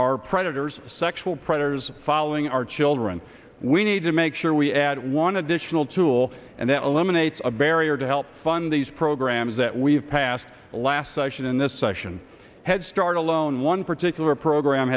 our predators sexual predators following our children we need to make sure we add one additional tool and that eliminates a barrier to help fund these programs that we've passed last session in this session headstart alone one particular program